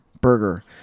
burger